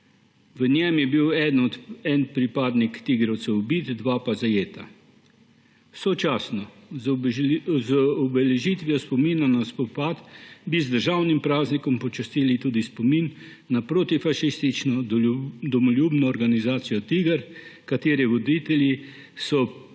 V njem je bil en pripadnik tigrovcev ubit, dva pa zajeta. Sočasno z obeležitvijo spomina na spopad bi z državnim praznikom počastili tudi spomin na protifašistično, domoljubno organizacijo TIGR, katere voditelji so pred